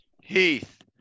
Heath